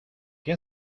qué